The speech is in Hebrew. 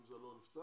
אם זה לא נפתר.